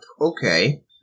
Okay